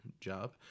job